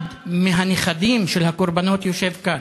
אחד הנכדים של הקורבנות יושב כאן,